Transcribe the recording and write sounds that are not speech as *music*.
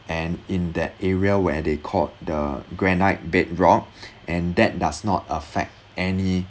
and in that area where they called the granite bedrock *breath* and that does not affect any